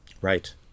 Right